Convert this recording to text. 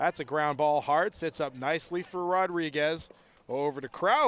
that's a ground ball hard sets up nicely for rodriguez over to crow